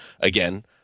again